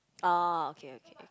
oh okay okay okay